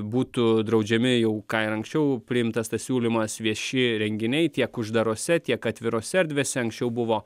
būtų draudžiami jau ką ir anksčiau priimtas tas siūlymas vieši renginiai tiek uždarose tiek atvirose erdvėse anksčiau buvo